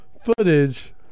footage